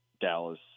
Dallas